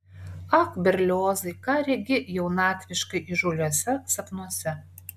ak berliozai ką regi jaunatviškai įžūliuose sapnuose